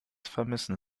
vermissen